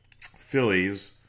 Phillies